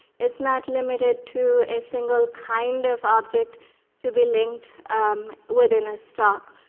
it's not limited to a single kind of object to be linked within a stock.